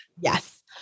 Yes